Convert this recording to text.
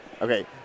Okay